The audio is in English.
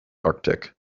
arctic